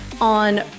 on